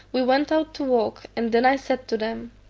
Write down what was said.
we went out to walk, and then i said to them,